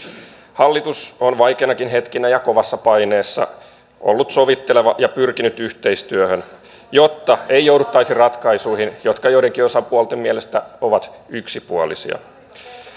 hallitus on vaikeinakin hetkinä ja kovassa paineessa ollut sovitteleva ja pyrkinyt yhteistyöhön jotta ei jouduttaisi ratkaisuihin jotka joidenkin osapuolten mielestä ovat yksipuolisia